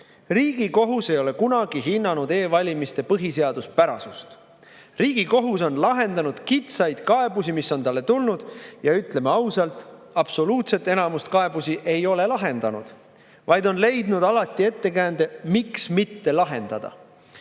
Riigikohus ei ole kunagi hinnanud e‑valimiste põhiseaduspärasust. Riigikohus on lahendanud kitsaid kaebusi, mis on talle tulnud. Ütleme ausalt, absoluutset enamust kaebustest ei ole ta lahendanud, vaid on leidnud alati ettekäände, miks mitte lahendada.